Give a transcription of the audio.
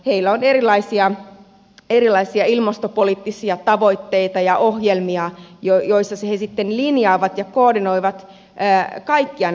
heillä on erilaisia ilmastopoliittisia tavoitteita ja ohjelmia joissa he sitten linjaavat ja koordinoivat kaikkia näitä asioita